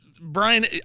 Brian